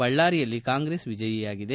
ಬಳ್ಳಾರಿಯಲ್ಲಿ ಕಾಂಗ್ರೆಸ್ ವಿಜಯಿಯಾಗಿದೆ